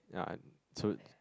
yeah so